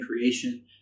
creation